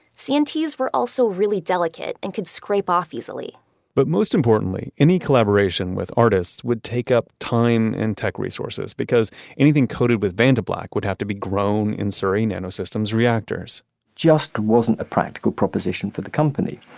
cnts were also really delicate and could scrape off easily but most importantly, any collaboration with artists would take up time and tech resources because anything coated with vantablack would have to be grown in surrey nanosystems reactors just wasn't a practical proposition for the company.